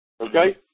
Okay